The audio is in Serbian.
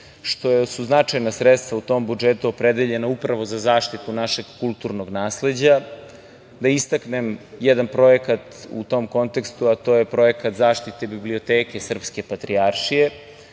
što su značajna sredstva u tom budžetu opredeljena upravo za zaštitu našeg kulturnog nasleđa, da istaknem jedan projekat u tom kontekstu, a to je projekat zaštite biblioteke srpske Patrijaršije. Takođe,